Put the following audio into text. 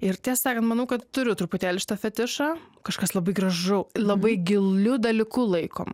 ir tiesą sakant manau kad turiu truputėlį šitą fetišą kažkas labai gražu labai giliu dalyku laikom